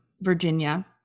Virginia